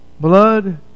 blood